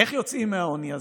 איך יוצאים מהעוני הזה?